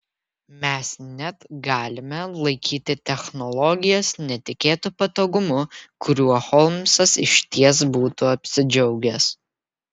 mes net galime laikyti technologijas netikėtu patogumu kuriuo holmsas išties būtų apsidžiaugęs